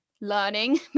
learning